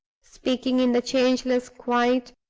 speaking in the changeless quiet,